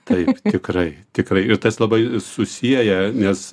taip tikrai tikrai ir tas labai susieja nes